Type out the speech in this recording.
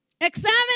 Examine